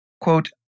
quote